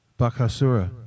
Bakasura